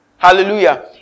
Hallelujah